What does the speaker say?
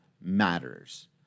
matters